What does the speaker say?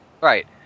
Right